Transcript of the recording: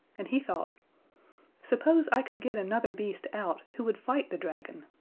and he thought suppose i could get another beast out who would fight the dragon?